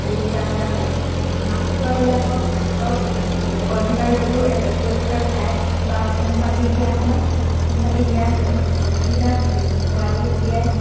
আদি যোগান ধৰা হয় হাঁহ কুকুৰাবিলাকক কণী পাৰিবলৈও একো একোটা ঠাই বা খোম পাতি দিয়া হয় খোম পাতি দিয়া হয় কণীবিলাক পোৱালি উলিয়াই